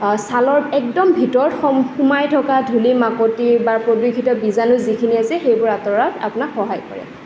ছালৰ একদম ভিতৰত সোমাই থকা ধূলি মাকতি বা প্ৰদূষিত বীজাণু যিখিনি আছে সেইবোৰ আঁতৰোৱাত আপোনাক সহায় কৰে